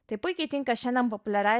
tai puikiai tinka šiandien populiariai